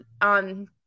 on